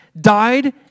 died